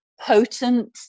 potent